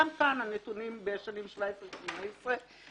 גם כאן הנתונים בשנים 2017 ו-2018,